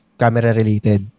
camera-related